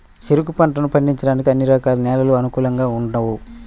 చెరుకు పంటను పండించడానికి అన్ని రకాల నేలలు అనుకూలంగా ఉండవు